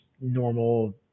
normal